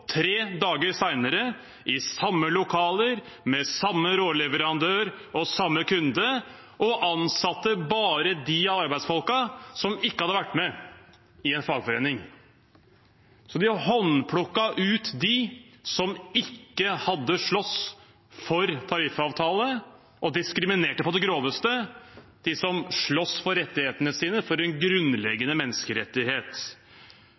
tre dager senere i samme lokaler, med samme råvareleverandør og samme kunde. De ansatte bare de av arbeidsfolkene som ikke hadde vært med i en fagforening. De håndplukket dem som ikke hadde slåss for tariffavtale, og diskriminerte på det groveste dem som sloss for rettighetene sine og for en